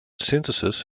synthesis